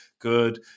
Good